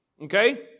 okay